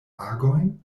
agojn